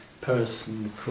person